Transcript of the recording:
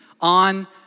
on